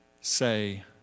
say